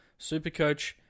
Supercoach